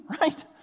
right